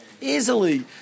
Easily